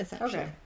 Okay